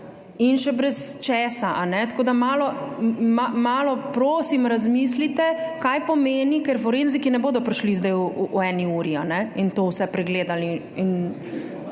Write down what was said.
in še brez česa. Tako da malo prosim razmislite, kaj pomeni, ker forenziki ne bodo prišli zdaj v eni uri in vse to pregledali in